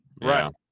right